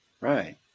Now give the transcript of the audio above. right